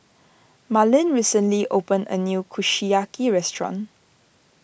Marlin recently opened a new Kushiyaki restaurant